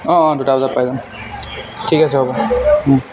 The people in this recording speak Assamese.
অঁ অঁ দুটা বজাত পাই যাম ঠিক আছে হ'ব